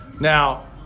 Now